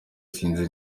sinzi